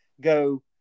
go